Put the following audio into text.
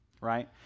right